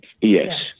Yes